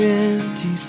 empty